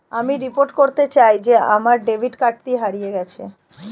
আমি রিপোর্ট করতে চাই যে আমার ডেবিট কার্ডটি হারিয়ে গেছে